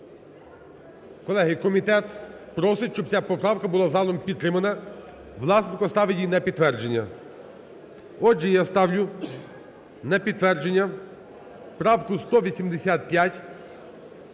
Колеги, комітет просить, щоб ця поправка була залом підтримана. Власенко ставить її ні підтвердження. Отже, я ставлю на підтвердження правку 185,